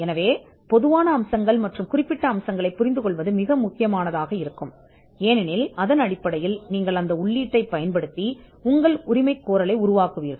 எனவே பொதுவான அம்சங்களையும் குறிப்பிட்ட அம்சங்களையும் புரிந்துகொள்வது மிக முக்கியமானதாக இருக்கும் ஏனெனில் அதன் அடிப்படையில் நீங்கள் அந்த உள்ளீட்டைப் பயன்படுத்தி உங்கள் உரிமைகோரலை உருவாக்குவீர்கள்